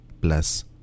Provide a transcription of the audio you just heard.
plus